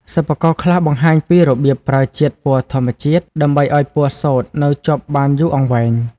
សិប្បករខ្លះបង្ហាញពីរបៀបប្រើ ជាតិពណ៌ធម្មជាតិ ដើម្បីឱ្យពណ៌សូត្រនៅជាប់បានយូរអង្វែង។